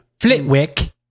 Flitwick